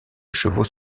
chevaux